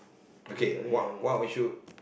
okay what what would you